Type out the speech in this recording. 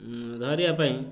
ଧରିବା ପାଇଁ